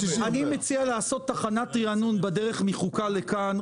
אני מציע לעשות תחנת ריענון בדרך מוועדת חוקה לכאן.